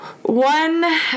One